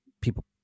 people –